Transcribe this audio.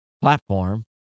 platform